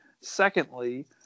Secondly